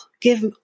give